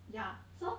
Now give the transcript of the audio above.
yeah so